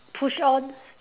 push on